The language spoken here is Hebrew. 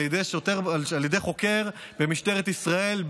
על ידי חוקר במשטרת ישראל,